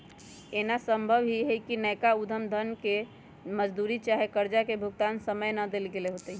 एना संभव हइ कि नयका उद्यम जन के मजदूरी चाहे कर्जा भुगतान समय न देल गेल होतइ